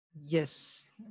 yes